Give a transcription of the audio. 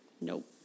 Nope